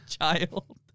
child